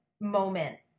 moment